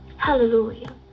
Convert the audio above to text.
Hallelujah